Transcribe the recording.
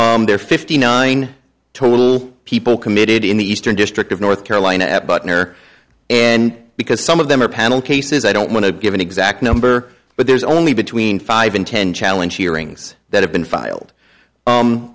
are fifty nine total people committed in the eastern district of north carolina at butner and because some of them are panel cases i don't want to give an exact number but there's only between five and ten challenge hearings that have been filed